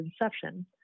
inception